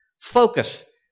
Focus